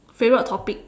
favourite topic